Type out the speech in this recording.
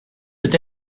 peut